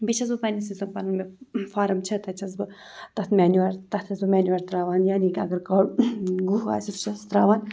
بیٚیہِ چھَس بہٕ پنٛنہِ حِساب پَنُن مےٚ فارَم چھِ تَتہِ چھَس بہٕ تَتھ مٮ۪نیوٗر تَتھ چھَس بہٕ مٮ۪نیوٗر ترٛاوان یعنے کہِ اگر گُہہ آسہِ سُہ چھَس ترٛاوان